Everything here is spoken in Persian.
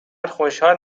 خوشحال